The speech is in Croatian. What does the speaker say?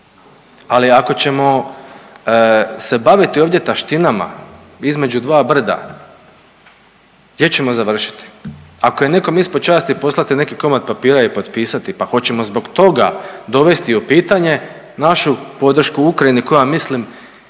Ali ako ćemo se baviti ovdje taštinama između dva brda gdje ćemo završiti? Ako je nekom ispod časti poslati neki komad papira i potpisati, pa hoćemo zbog toga dovesti u pitanje našu podršku Ukrajini koja mislim